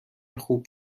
خوب